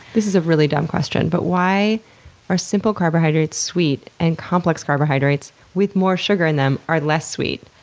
this is a really dumb question, but why are simple carbohydrates sweet and complex carbohydrates, with more sugar in them, are less sweet?